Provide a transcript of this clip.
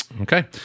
Okay